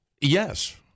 Yes